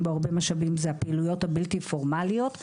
בו הרבה משאבים זה הפעילויות הבלתי פורמליות.